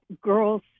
girls